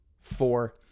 four